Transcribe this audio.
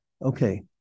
Okay